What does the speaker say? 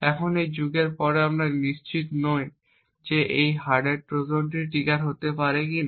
এখন এই যুগের পরেও আমরা নিশ্চিত নই যে একটি হার্ডওয়্যার ট্রোজান ট্রিগার হতে পারে কি না